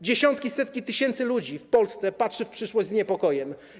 Dziesiątki, setki tysięcy ludzi w Polsce patrzą w przyszłość z niepokojem.